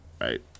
right